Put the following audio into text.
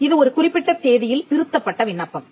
இது ஒரு குறிப்பிட்ட தேதியில் திருத்தப்பட்ட விண்ணப்பம்